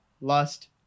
lust